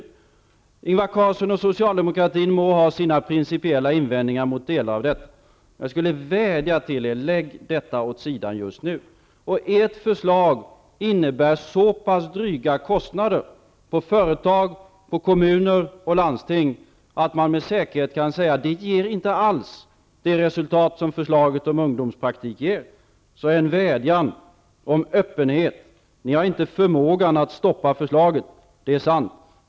Ingvar Carlsson och Socialdemokratin må ha sina principiella invändningar mot delar av detta, men jag skulle vilja vädja till er: Lägg det åt sidan just nu. Ert förslag innebär så pass dryga kostnader för företag, kommuner och landsting, att man med säkerhet kan säga att det inte alls ger det resultat som förslaget om ungdomspraktikplatser ger. Därför denna vädjan om öppenhet. Ni har inte förmåga att stoppa förslaget -- det är sant.